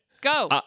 go